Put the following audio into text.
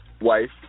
wife